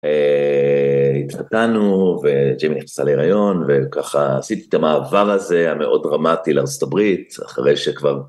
התחתנו, וג'ימי נכנסה להריון, וככה עשיתי את המעבר הזה המאוד דרמטי לארה״ב אחרי שכבר